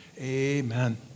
Amen